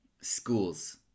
schools